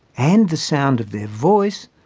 and the sound of their voice,